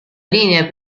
linea